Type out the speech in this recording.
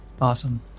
Awesome